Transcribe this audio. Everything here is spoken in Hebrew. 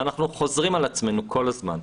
אנחנו חוזרים על עצמנו כל הזמן.